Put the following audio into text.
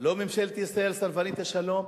לא ממשלת ישראל סרבנית השלום?